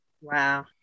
Wow